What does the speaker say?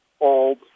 old